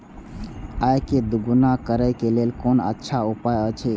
आय के दोगुणा करे के लेल कोन अच्छा उपाय अछि?